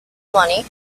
money